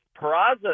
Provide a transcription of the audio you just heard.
Peraza